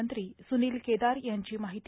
मंत्री सुनील केदार यांची माहिती